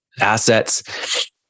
assets